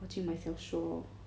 watching my 小说